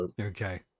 okay